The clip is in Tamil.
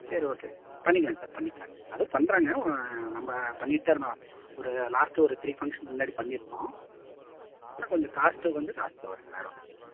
சரி ஓகே பண்ணிக்கலாங்க சார் பண்ணிக்கலாங்க அதுவும் பண்ணுறாங்க ஓ நம்ம பண்ணிக்கிட்டு தான் இருந்தோம் ஒரு லாஸ்ட்டு ஒரு த்ரீ ஃபங்க்ஷன் முன்னாடி பண்ணிருந்தோம் ஆனால் கொஞ்சம் காஸ்ட்டு வந்து ஜாஸ்தியா வருங்கள் வேற ஒன்றும் இல்லைங்க